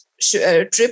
trip